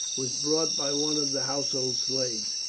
was brought by one of the household slaves.